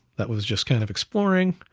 that was just kind of exploring.